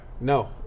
No